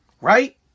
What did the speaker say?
right